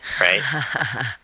right